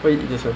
wait this [one]